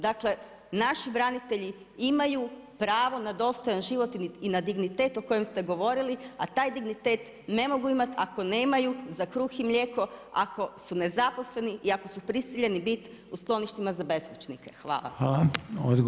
Dakle naši branitelji imaju pravo na dostojan život i na dignitet o kojem ste govorili, a taj dignitet ne mogu imati ako nemaju za kruh i mlijeko, ako su nezaposleni i ako su prisiljeni biti u skloništima za beskućnike.